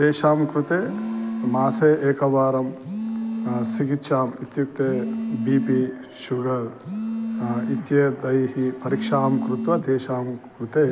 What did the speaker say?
तेषां कृते मासे एकवारं चिकित्साम् इत्युक्ते बि पि शुगर् इत्यादैः परीक्षाणां कृत्वा तेषां कृते